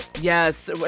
Yes